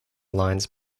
lines